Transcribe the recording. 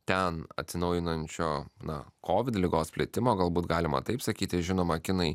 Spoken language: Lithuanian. ten atsinaujinančio na kovid ligos plitimo galbūt galima taip sakyti žinoma kinai